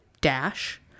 dash